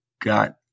got